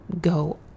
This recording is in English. go